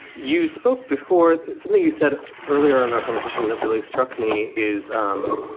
you spoke before something you said earlier on a conversation that really struck me is. um